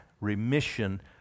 remission